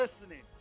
listening